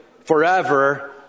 forever